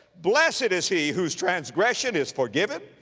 blessed is he whose transgression is forgiven,